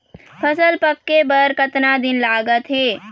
फसल पक्के बर कतना दिन लागत हे?